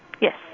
Yes